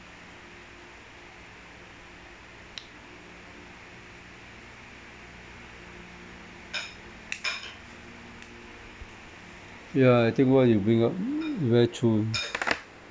ya I think what you bring up very true